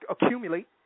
accumulate